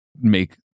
make